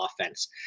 offense